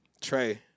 Trey